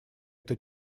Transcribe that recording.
эта